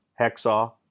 hacksaw